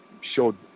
showed